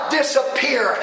disappear